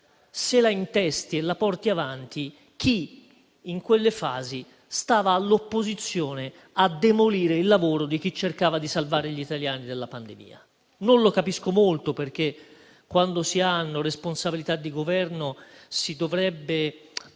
se la intesti e la porti avanti chi, in quelle fasi, sedeva all'opposizione a demolire il lavoro di chi cercava di salvare gli italiani dalla pandemia. Non lo capisco molto, perché, quando si hanno responsabilità di Governo, si dovrebbero